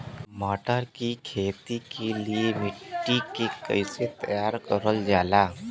मटर की खेती के लिए मिट्टी के कैसे तैयार करल जाला?